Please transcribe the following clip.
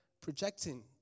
projecting